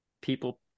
people